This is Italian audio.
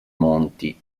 monti